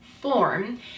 form